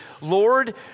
Lord